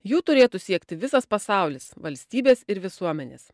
jų turėtų siekti visas pasaulis valstybės ir visuomenės